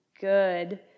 good